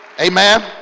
Amen